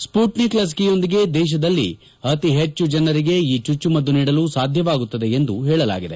Sputnik ಲಸಿಕೆಯೊಂದಿಗೆ ದೇಶದಲ್ಲಿ ಅತಿ ಹೆಚ್ಚು ಜನರಿಗೆ ಈ ಚುಚ್ಚುಮದ್ದು ನೀಡಲು ಸಾಧ್ಯವಾಗುತ್ತದೆ ಎಂದು ಹೇಳಲಾಗಿದೆ